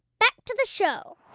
back to the show